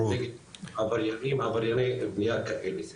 בעברייני בנייה כאלה.